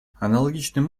аналогичным